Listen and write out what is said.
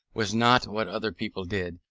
was not what other people did,